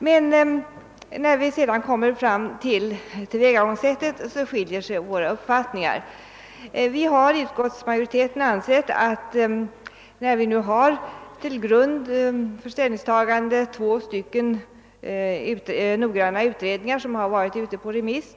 Men när det gäller tillvägagångssättet skiljer sig våra uppfattningar. Till grund för ställningstagandet finns två noggranna utredningar, som har varit ute på remiss.